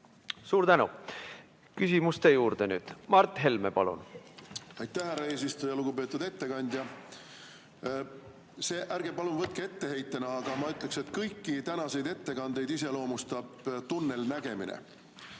Suur tänu! Küsimuste juurde nüüd. Mart Helme, palun! Aitäh, härra eesistuja! Lugupeetud ettekandja! Ärge palun võtke etteheitena, aga ma ütleksin, et kõiki tänaseid ettekandeid iseloomustab tunnelnägemine,